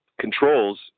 controls